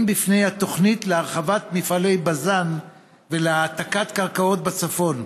מפני התוכנית להרחבת מפעלי בז"ן ולהעתקת קרקעות בצפון.